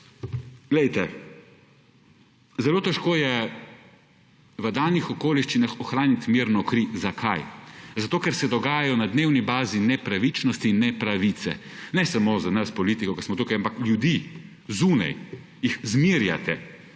Glejte, zelo težko je v danih okoliščinah ohranit mirno kri. Zakaj? Zato, ker se dogajajo na dnevni bazi nepravičnosti in nepravice. Ne samo za nas, politiko, ki smo tukaj, ampak ljudi, zunaj, jih zmerjate,